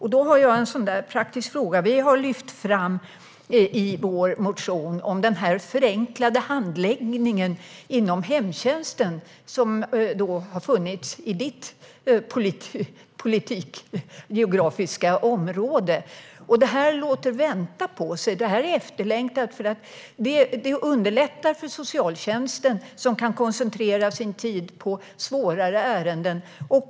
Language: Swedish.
I vår motion har vi lyft fram den förenklade handläggningen inom hemtjänsten som har funnits i Anna-Lena Sörensons valkrets. Men det låter vänta på sig. Det är efterlängtat eftersom det underlättar för socialtjänsten, som kan koncentrera sin tid på svårare ärenden.